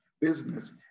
business